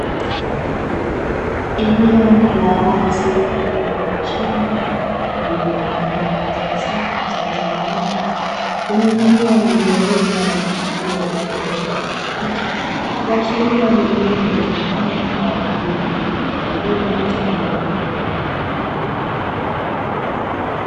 Eneo la wazi mfano wa shamba lililogawanywa katika safu zilizonyooka, yenye mimea iliyoota na kuchipua kwa rangi ya kijani kibichi, kuashiria ni eneo litumikalo kwa ajili ya kilimo cha mbegu.